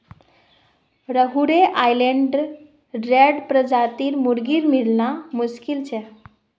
Rhode Island Red प्रजातिर मुर्गी मिलना मुश्किल छ